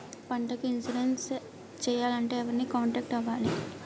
పంటకు ఇన్సురెన్స్ చేయాలంటే ఎవరిని కాంటాక్ట్ అవ్వాలి?